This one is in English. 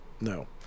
No